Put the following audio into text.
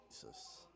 Jesus